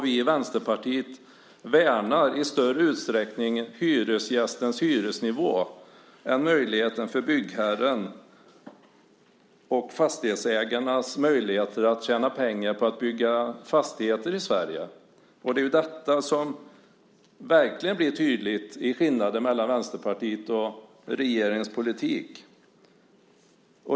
Vi i Vänsterpartiet värnar i större utsträckning hyresgästens hyresnivå än möjligheterna för byggherren och fastighetsägarna att tjäna pengar på byggande i Sverige. Det är detta som verkligen blir tydligt i skillnaden mellan Vänsterpartiets och regeringens politik.